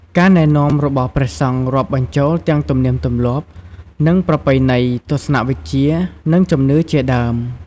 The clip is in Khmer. ការណែនាំរបស់ព្រះសង្ឃរាប់បញ្ចូលទាំង ទំនៀមទម្លាប់ និងប្រពៃណី ទស្សនៈវិជ្ជា និងជំនឿជាដើម។